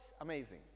amazing